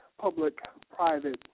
public-private